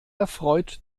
erfreut